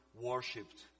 worshipped